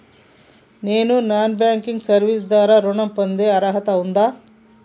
నేను non banking service ద్వారా ఋణం పొందే అర్హత ఉందా?